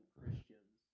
Christians